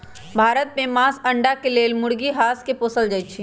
भारत में मास, अण्डा के लेल मुर्गी, हास के पोसल जाइ छइ